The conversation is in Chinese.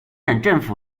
政府